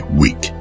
week